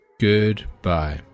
Goodbye